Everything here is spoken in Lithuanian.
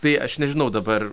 tai aš nežinau dabar